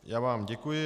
Já vám děkuji.